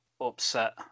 upset